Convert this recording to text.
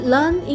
Learn